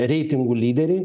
reitingų lyderiai